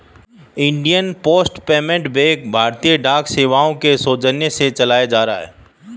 Indian post payment bank भारतीय डाक सेवा के सौजन्य से चलाया जा रहा है